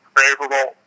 favorable